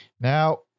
Now